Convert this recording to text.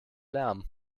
lärm